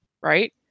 right